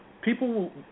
people